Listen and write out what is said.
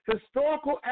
historical